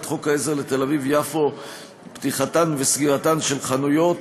חוק העזר לתל-אביב יפו (פתיחתן וסגירתן של חנויות)